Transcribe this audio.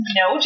no